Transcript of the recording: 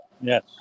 Yes